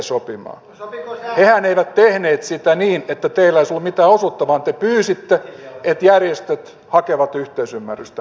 hehän eivät tehneet sitä niin että teillä ei olisi ollut mitään osuutta vaan te pyysitte että järjestöt hakevat yhteisymmärrystä